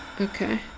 okay